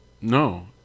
No